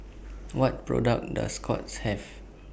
What products Does Scott's Have